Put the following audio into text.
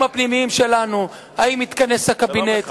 הפנימיים שלנו: האם התכנס הקבינט,